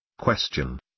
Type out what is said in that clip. Question